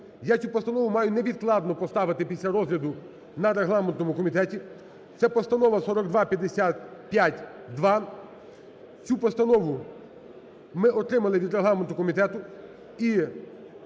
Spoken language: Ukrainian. я цю постанову маю невідкладно поставити після розгляду на регламентному комітеті. Ця постанова 4255-2, цю постанову ми отримали від регламентного комітету.